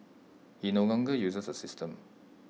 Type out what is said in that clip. he no longer uses the system